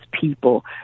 people